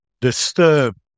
disturbed